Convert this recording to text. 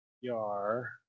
yar